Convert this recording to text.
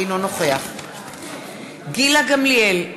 אינו נוכח גילה גמליאל,